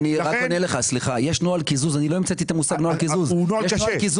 יש נוהל קיזוז שאני לא זה שהמצאתי אותו.